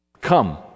Come